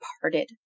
parted